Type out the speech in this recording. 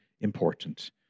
important